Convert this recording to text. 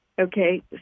Okay